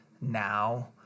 now